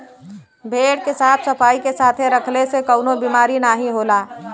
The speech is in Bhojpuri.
भेड़ के साफ सफाई के साथे रखले से कउनो बिमारी नाहीं होला